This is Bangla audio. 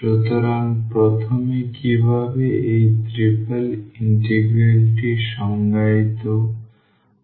সুতরাং প্রথমে কিভাবে এই ট্রিপল ইন্টিগ্রালটি সংজ্ঞায়িত করা যায়